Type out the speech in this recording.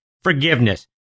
forgiveness